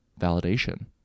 validation